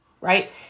right